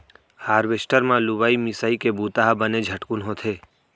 harvester म लुवई मिंसइ के बुंता ह बने झटकुन होथे